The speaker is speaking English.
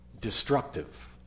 destructive